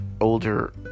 older